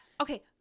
okay